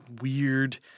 weird